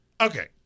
Okay